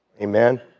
Amen